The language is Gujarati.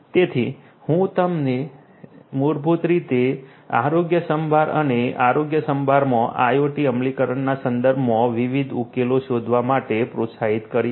તેથી હું તમને મૂળભૂત રીતે આરોગ્યસંભાળ અને આરોગ્યસંભાળમાં IOT અમલીકરણના સંદર્ભમાં વિવિધ ઉકેલો શોધવા માટે પ્રોત્સાહિત કરીશ